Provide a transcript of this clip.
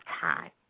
Time